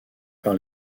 par